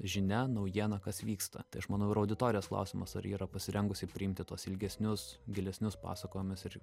žinia naujiena kas vyksta tai aš manau ir auditorijos klausimas ar ji yra pasirengusi priimti tuos ilgesnius gilesnius pasakojimus ir